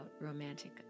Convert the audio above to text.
romantic